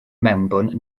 mewnbwn